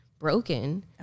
Broken